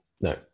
No